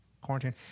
quarantine